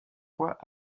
fois